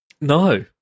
No